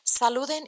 Saluden